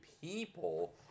people